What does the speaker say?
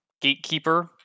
gatekeeper